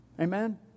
Amen